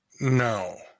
No